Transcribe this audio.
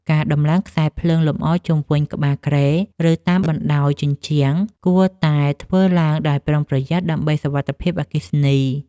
ការដំឡើងខ្សែភ្លើងលម្អជុំវិញក្បាលគ្រែ ឬតាមបណ្ដោយជញ្ជាំង គួរតែធ្វើឡើងដោយប្រុងប្រយ័ត្នដើម្បីសុវត្ថិភាពអគ្គិសនី។